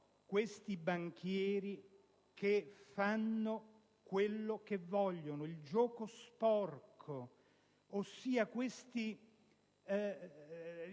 questi banchieri che fanno quello che vogliono: il gioco sporco, ossia queste